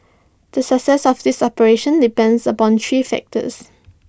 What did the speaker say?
the success of this operation depends upon three factors